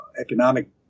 economic